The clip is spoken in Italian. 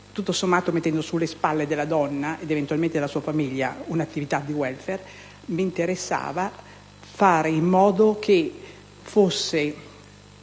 tutto sommato mettendo sulle spalle della donna ed eventualmente della sua famiglia un'attività di welfare, mi interessava che si verificasse